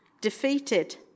defeated